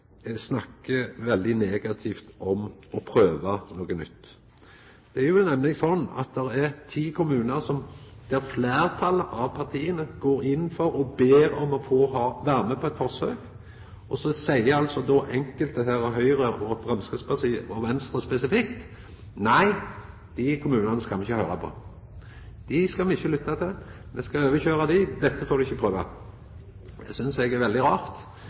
snakkar veldig negativt om å prøva noko nytt. Det er jo nemleg slik at det er ti kommunar der fleirtalet av partia går inn for og ber om å få vera med på eit forsøk, og så seier altså enkelte – Høgre, Framstegspartiet og Venstre spesifikt: Nei, dei kommunane skal me ikkje høyra på, dei skal me ikkje lytta til – me skal overkøyra dei, dette får dei ikkje prøve! Det synest eg er veldig